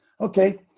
Okay